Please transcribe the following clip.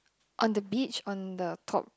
on the beach on the top